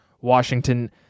Washington